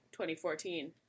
2014